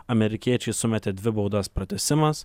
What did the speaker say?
amerikiečiai sumetė dvi baudas pratęsimas